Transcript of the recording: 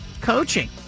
coaching